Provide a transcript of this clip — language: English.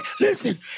Listen